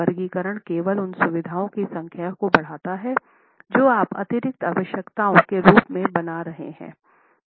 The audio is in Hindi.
वर्गीकरण केवल उन सुविधाओं की संख्या को बढ़ाता है जो आप अतिरिक्त आवश्यकताओं के रूप से बना रहे हैं